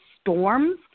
storms